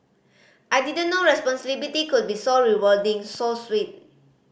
I didn't know responsibility could be so rewarding so sweet